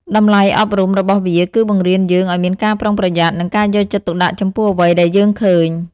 តម្លៃអប់រំរបស់វាគឺបង្រៀនយើងឲ្យមានការប្រុងប្រយ័ត្ន និងការយកចិត្តទុកដាក់ចំពោះអ្វីដែលយើងឃើញ។